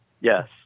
Yes